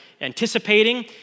anticipating